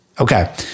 Okay